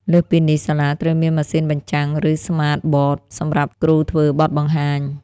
លើសពីនេះសាលាត្រូវមានម៉ាស៊ីនបញ្ចាំង ឬ Smart Boards សម្រាប់គ្រូធ្វើបទបង្ហាញ។